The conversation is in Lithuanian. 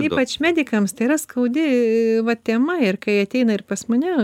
ypač medikams tai yra skaudi va tema ir kai ateina ir pas mane